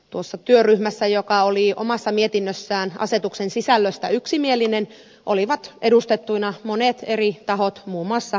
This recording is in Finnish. tuossa työryhmässä joka oli omassa mietinnössään asetuksen sisällöstä yksimielinen olivat edustettuina monet eri tahot muun muassa mtk